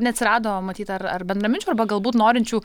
neatsirado matyt ar ar bendraminčių arba galbūt norinčių